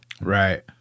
Right